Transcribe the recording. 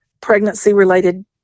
pregnancy-related